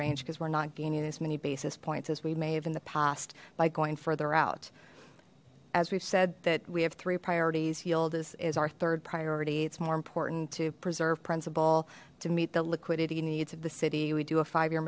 range because we're not gaining as many basis points as we may have in the past by going further out as we've said that we have three priorities yield is our third priority it's more important to preserve principle to meet the liquidity needs of the city we do a five year